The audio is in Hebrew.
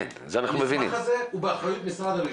המסמך הזה הוא באחריות משרד הרישוי.